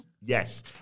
Yes